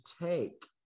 take